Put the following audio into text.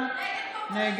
(קוראת בשמות חברי הכנסת) ניר ברקת,